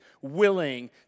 willing